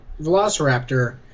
Velociraptor